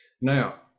Now